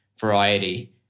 variety